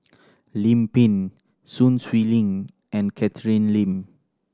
Lim Pin Sun Xueling and Catherine Lim